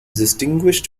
distinguished